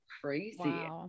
crazy